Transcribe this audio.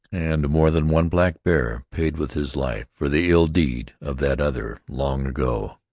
and more than one blackbear paid with his life for the ill-deed of that other, long ago.